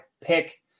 pick